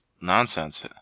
nonsense